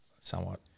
Somewhat